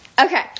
Okay